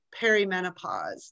perimenopause